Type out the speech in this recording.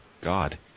God